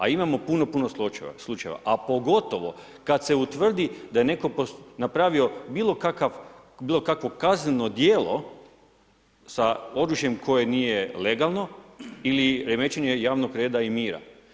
A imamo puno, puno slučajeva, pa pogotovo kada se utvrdi da je netko napravio bilo kakvo kazneno djelo sa oružjem koje nije legalno ili remećenje javnog reda i mira.